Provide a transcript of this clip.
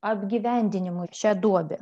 apgyvendinimui šią duobę